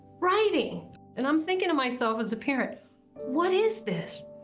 writing and i'm thinking to myself as a parent what is this,